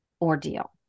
ordeal